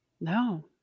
No